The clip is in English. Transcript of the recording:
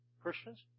Christians